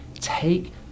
take